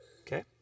Okay